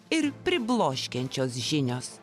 ir pribloškiančios žinios